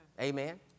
Amen